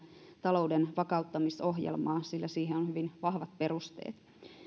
talouden vakauttamisohjelmaa ja tälle on hyvin vahvat perusteet